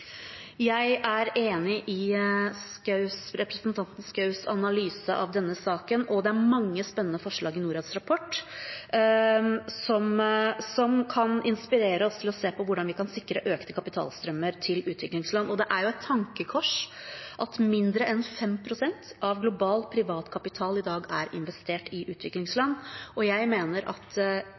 Jeg er enig i representanten Schous analyse av denne saken, og det er mange spennende forslag i Norads rapport som kan inspirere oss til å se på hvordan vi kan sikre økte kapitalstrømmer til utviklingsland. Det er et tankekors at mindre enn 5 pst. av global privat kapital i dag er investert i utviklingsland. Jeg mener at